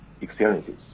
experiences